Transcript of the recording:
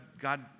God